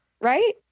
Right